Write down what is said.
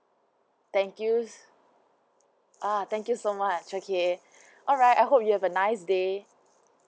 thank you uh thank you so much okay alright I hope you have a nice day